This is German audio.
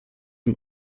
zum